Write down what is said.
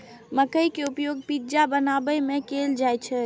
मकइ के उपयोग पिज्जा बनाबै मे कैल जाइ छै